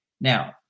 now